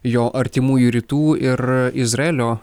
jo artimųjų rytų ir izraelio